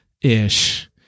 ish